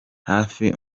hafi